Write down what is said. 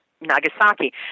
Nagasaki